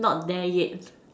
not there yet